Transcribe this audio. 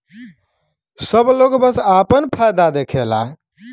सब लोग बस आपन फायदा देखला